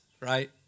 right